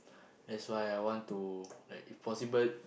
that's why I want to like if possible